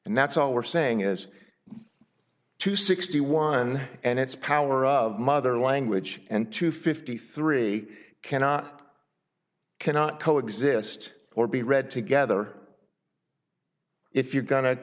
and that's all we're saying is two sixty one and it's power of mother language and two fifty three cannot cannot co exist or be read together if you're go